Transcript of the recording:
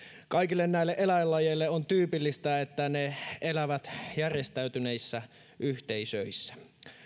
kaikille näille eläinlajeille on tyypillistä että ne elävät järjestäytyneissä yhteisöissä